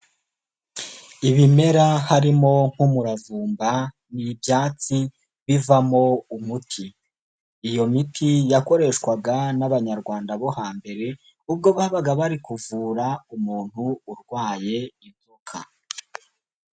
Ibimera harimo nk'umuravumba n'ibyatsi bivamo umuti, iyo miti yakoreshwaga n'abanyarwanda bo hambere ubwo babaga bari kuvura umuntu urwaye inzoka.